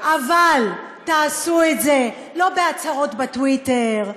אבל תעשו את זה לא בהצהרות בטוויטר,